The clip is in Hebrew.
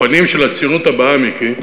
הפנים של הציונות הבאה, מיקי,